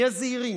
נהיה זהירים,